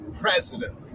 president